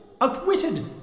outwitted